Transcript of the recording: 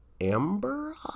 amber